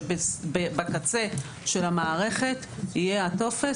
שבקצה של המערכת יהיה הטופס.